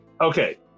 Okay